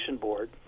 Board